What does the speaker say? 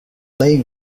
plej